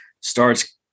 starts